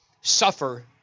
suffer